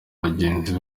bagenzi